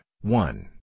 one